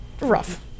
rough